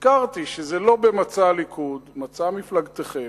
והזכרתי שזה לא במצע הליכוד, מצע מפלגתכם.